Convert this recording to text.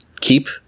keep